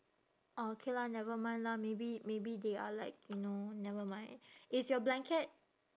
orh okay lah never mind lah maybe maybe they are like you know never mind is your blanket